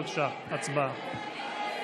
בבקשה, הצבעה.